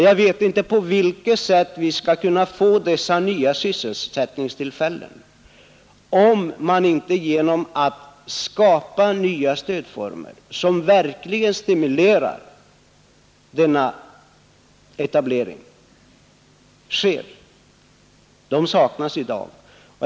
Jag vet inte på vilket sätt vi skall kunna få fram dessa nya sysselsättningstillfällen, om inte genom att skapa nya stödformer som verkligen stimulerar till etablering. De saknas tyvärr i dag.